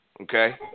Okay